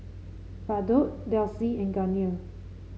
Bardot Delsey and Garnier